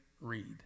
Read